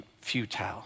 futile